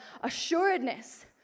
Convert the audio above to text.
assuredness